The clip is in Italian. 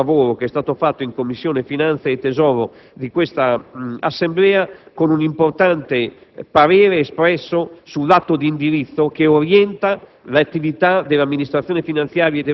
mi piace richiamare anche il prezioso lavoro svolto in Commissione finanze e tesoro di questo ramo del Parlamento con un importante parere espresso sull'atto di indirizzo che orienta